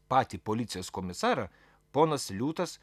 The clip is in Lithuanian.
patį policijos komisarą ponas liūtas